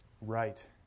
right